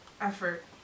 effort